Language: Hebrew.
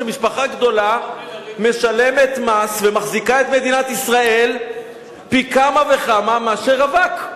משפחה גדולה משלמת מס ומחזיקה את מדינת ישראל פי כמה וכמה מאשר רווק,